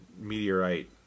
meteorite